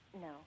No